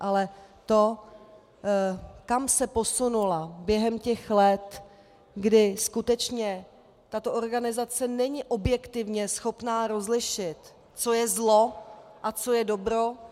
Ale to, kam se posunula během let, kdy skutečně tato organizace není objektivně schopna rozlišit, co je zlo a co je dobro...